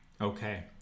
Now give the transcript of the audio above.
okay